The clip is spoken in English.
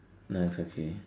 no its okay